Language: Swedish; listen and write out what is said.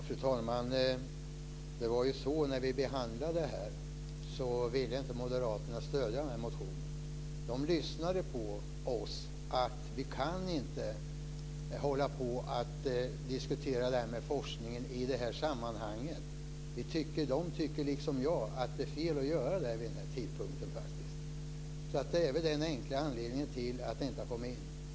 Fru talman! När vi behandlade det här ville inte moderaterna stödja den här motionen. De lyssnade på oss. Vi kan inte hålla på att diskutera det här med forskningen i det här sammanhanget. De tycker liksom jag att det faktiskt är fel att göra det vid den här tidpunkten. Det är väl den enkla anledningen till att det här inte har kommit in.